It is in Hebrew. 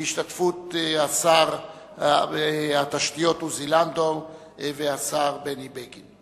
בהשתתפות שר התשתיות עוזי לנדאו והשר בני בגין.